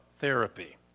therapy